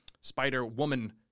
Spider-Woman